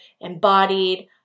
embodied